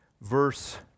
Verse